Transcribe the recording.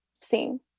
seen